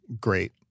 great